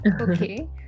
okay